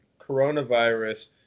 coronavirus